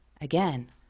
again